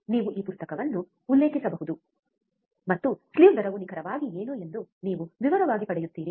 ನೀವು ಈ ಪುಸ್ತಕವನ್ನು ಉಲ್ಲೇಖಿಸಬಹುದು ಮತ್ತು ಸ್ಲಿವ್ ದರವು ನಿಖರವಾಗಿ ಏನು ಎಂದು ನೀವು ವಿವರವಾಗಿ ಪಡೆಯುತ್ತೀರಿ